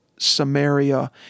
Samaria